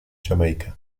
jamaica